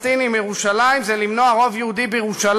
פלסטיניים מירושלים כדי ליצור רוב יהודי בעיר.